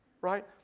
right